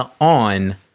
on